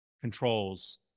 controls